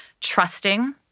trusting